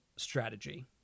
Strategy